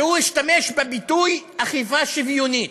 והוא השתמש בביטוי "אכיפה שוויונית".